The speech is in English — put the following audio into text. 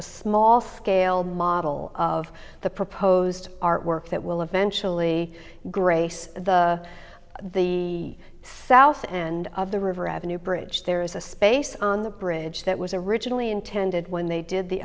a small failed model of the proposed artwork that will eventually grace the the south and of the river avenue bridge there is a space on the bridge that was originally intended when they did the